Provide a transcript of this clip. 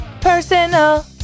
personal